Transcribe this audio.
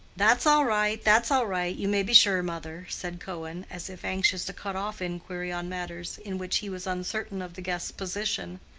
that's all right, that's all right, you may be sure, mother, said cohen, as if anxious to cut off inquiry on matters in which he was uncertain of the guest's position.